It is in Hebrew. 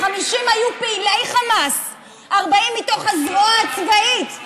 50 היו פעילי חמאס, 40, מתוך הזרוע הצבאית,